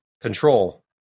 control